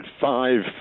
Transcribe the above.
Five